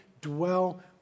dwell